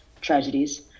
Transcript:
tragedies